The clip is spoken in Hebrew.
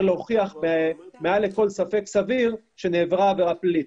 להוכיח מעל לכל ספק סביר שנעברה עבירה פלילית.